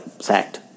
sacked